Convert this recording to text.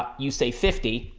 ah you say fifty,